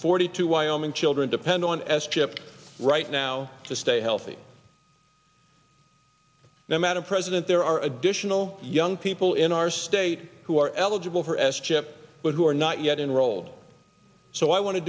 forty two wyoming children depend on s chip right now to stay healthy now madam president there are additional young people in our state who are eligible for s chip but who are not yet enrolled so i want to